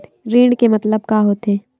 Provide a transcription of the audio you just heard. ऋण के मतलब का होथे?